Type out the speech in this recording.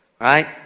right